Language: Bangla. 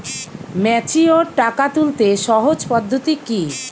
ম্যাচিওর টাকা তুলতে সহজ পদ্ধতি কি?